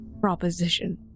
proposition